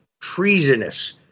treasonous